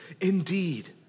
Indeed